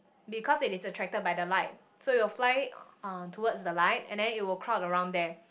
because it is attracted by the light so it will fly uh towards the light and it will crowd around there